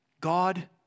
God